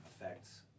affects